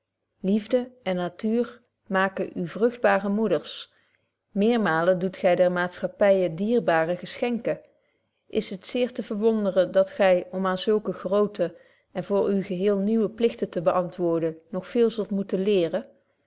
liefde en natuur maaken u vrugtbaare moeders meermaalen doet gy der maatschappye dierbare geschenken is het zeer te verwonderen dat gy om aan zulke groote en voor u geheel nieuwe pligten te beantwoorden nog veel zult moeten leren